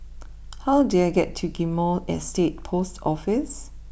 how do I get to Ghim Moh Estate post Office